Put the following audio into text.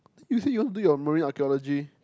you say you want to do your marine archaeology